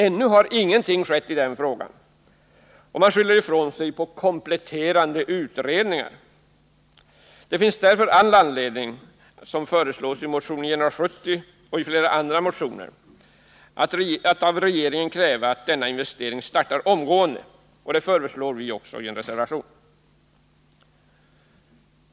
Ännu har dock ingenting skett i den frågan — man skyller ifrån sig på kompletterande utredningar. Det finns därför all anledning att, som föreslås i motion 970 och i flera andra motioner, av regeringen kräva att denna investering startar omgående, vilket vi också föreslår i en reservation.